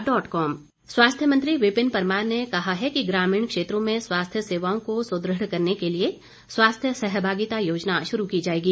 विपिन परमार स्वास्थ्य मंत्री विपिन परमार ने कहा है कि ग्रामीण क्षेत्रों में स्वास्थ्य सेवाओं को सुदृढ़ करने के लिए स्वास्थ्य सहभागिता योजना शुरू की जाएगी